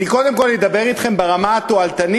אני קודם כול אדבר אתכם ברמה התועלתנית,